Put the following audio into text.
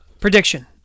Prediction